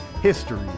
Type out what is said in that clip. History